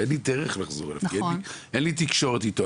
אין לי דרך לחזור אליו כי אין לי תקשורת איתו.